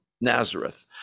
Nazareth